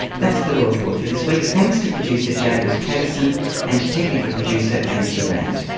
that's the law report for this week, thanks to producer james pattison and to technical producer angie grant.